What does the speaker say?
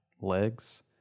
legs